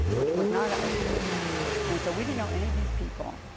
which was not at our church and so we didn't know any of these people.